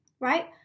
right